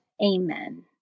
Amen